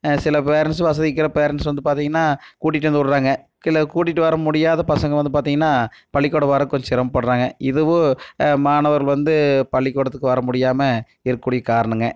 சில பேரன்ட்ஸ் வசதி இருக்கிற பேரன்ட்ஸ் வந்து பார்த்தீங்ன்னா கூட்டிட்டு வந்து விடறாங்க இதில் கூட்டிட்டு வர முடியாத பசங்கள் வந்து பார்த்தீங்ன்னா பள்ளிக்கூடம் வர கொஞ்சம் சிரமப்படறாங்க இதுவும் மாணவர்கள் வந்து பள்ளிக்கூடத்துக்கு வரமுடியாமல் இருக்கக்கூடிய காரணங்க